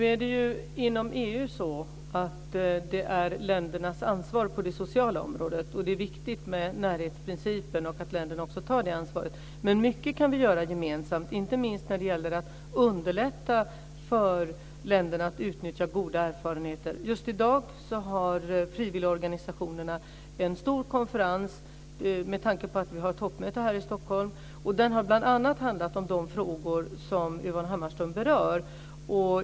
Fru talman! Inom EU är det ländernas ansvar på det sociala området, och det är viktigt med närhetsprincipen och att länderna också tar det ansvaret. Men mycket kan vi göra gemensamt, inte minst när det gäller att underlätta för länderna att utnyttja goda erfarenheter. Just i dag har frivilligorganisationerna en stor konferens, med tanke på att vi har ett toppmöte här i Stockholm, som bl.a. har handlat om de frågor som Yvonne Ångström berör.